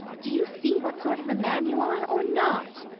do you see what sort of a man you are, or not?